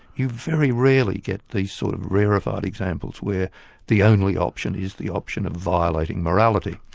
you very rarely get these sort of rarefied examples where the only option is the option of violating morality.